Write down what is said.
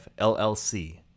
LLC